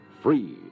free